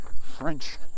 French